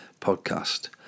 podcast